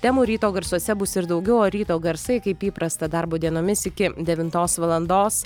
temų ryto garsuose bus ir daugiau o ryto garsai kaip įprasta darbo dienomis iki devintos valandos